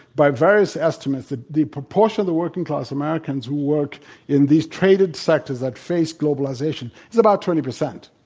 by various estimates, the the proportion of the working-class americans who work in these traded sectors that face globalization is about twenty percent.